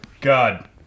god